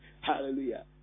Hallelujah